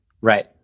Right